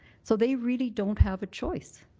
so they really don't have a choice.